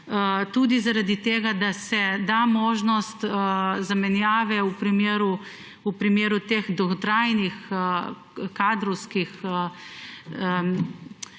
tudi zaradi tega, da se da možnost zamenjave v primeru teh stalnih zasedb